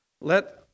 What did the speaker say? Let